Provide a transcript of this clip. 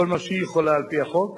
כל מה שהיא יכולה על-פי החוק,